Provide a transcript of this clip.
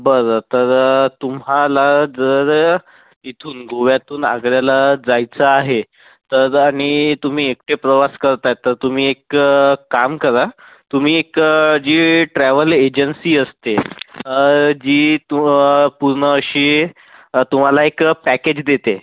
बरं तर तुम्हाला जर इथून गोव्यातून आग्र्याला जायचं आहे तर आणि तुम्ही एकटे प्रवास करत आहे तर तुम्ही एक काम करा तुम्ही एक जी ट्रॅव्हल एजन्सी असते जी तु पूर्ण अशी तुम्हाला एक पॅकेज देते